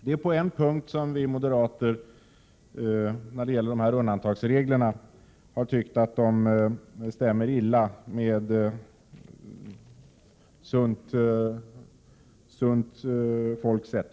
Vi moderater anser att dessa regler om undantag på en punkt stämmer dåligt överens med ett sunt tänkesätt.